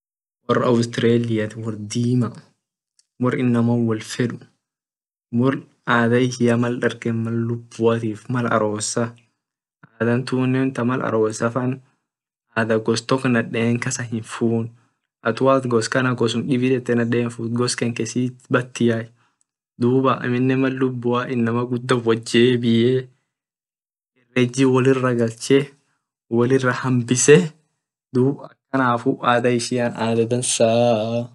Wor australian wor dima wor inama wol fed wor adha ishia mal dargen mal lubua mal arosa adha tunne ta mal arosa faa adha gos tok naden kasit hinfun at wo at gos kana gosum dibi dete naden fut duba amine mal lubua inama guda wot jebie wolirra galchete wolira hambise dub tanafu adha ishian adha dansaa.